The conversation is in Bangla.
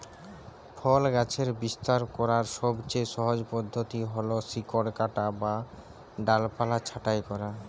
ফল গাছের বিস্তার করার সবচেয়ে সহজ পদ্ধতি হল শিকড় কাটা বা ডালপালা ছাঁটাই করা